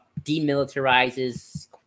Demilitarizes